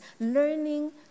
learning